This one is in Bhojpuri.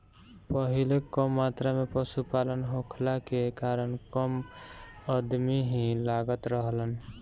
पहिले कम मात्रा में पशुपालन होखला के कारण कम अदमी ही लागत रहलन